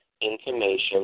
information